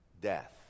death